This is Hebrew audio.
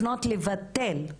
לפנות לבטל.